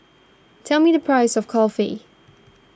tell me the price of Kulfi